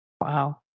Wow